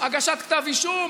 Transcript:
הגשת כתב אישום,